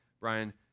Brian